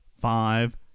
five